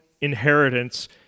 inheritance